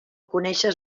coneixes